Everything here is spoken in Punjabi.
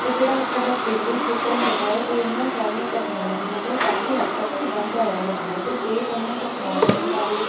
ਅਤੇ ਜਿਹੜਾ ਸਾਡਾ ਪੇਂਡੂ ਖੇਤਰ ਹੈਗਾ ਹੈ ਉਹ ਇਹਨਾਂ ਸਾਰੀਆਂ ਤਕਨੋਲੋਜੀਆਂ ਤੋਂ ਕਾਫੀ ਹੱਦ ਤੱਕ ਵਾਂਝਾ ਰਹਿ ਜਾਂਦਾ ਹੈ ਅਤੇ ਜੇ ਉਹਨਾਂ ਤਕਨੋਲੋਜੀਆਂ ਬਾਰੇ